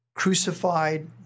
crucified